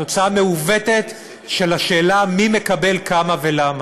תוצאה מעוותת של השאלה מי מקבל כמה ולמה.